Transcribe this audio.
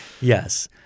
Yes